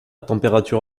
température